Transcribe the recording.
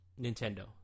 Nintendo